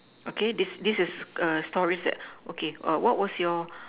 okay this this is err stories that okay err what was your